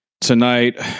Tonight